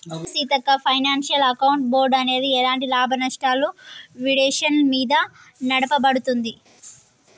అవును Seethakka financial account board అనేది ఎలాంటి లాభనష్టాలు విండేషన్ మీద నడపబడుతుంది